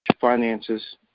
finances